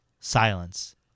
Silence